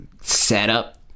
setup